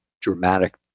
dramatic